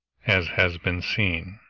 as has been seen.